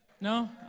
No